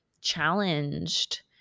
challenged